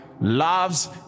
loves